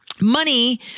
money